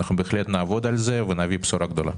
נעבוד על זה ונביא בשורה גדולה.